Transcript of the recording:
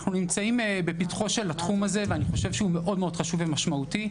אנחנו נמצאים בפתחו של התחום הזה ואני חושב שהוא מאוד חשוב ומשמעותי.